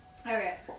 Okay